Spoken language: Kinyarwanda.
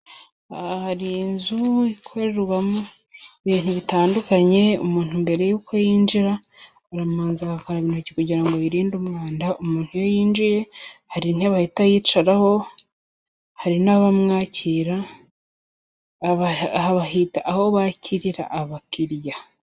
Aha hari inzu ikorerwamo ibintu bitandukanye, umuntu mbere y'uko yinjira aramanza agakaraba intoki, kugira ngo birinde umwanda, umuntu iyo yinjiye hari intebe ahita yicaraho, hari n'abamwakira, aha bahita aho bakirira abakiriya.